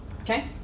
Okay